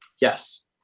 Yes